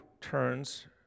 turns